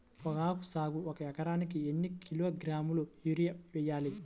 పొగాకు సాగుకు ఒక ఎకరానికి ఎన్ని కిలోగ్రాముల యూరియా వేయాలి?